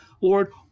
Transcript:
Lord